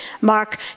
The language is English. Mark